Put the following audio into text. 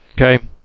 Okay